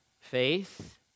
Faith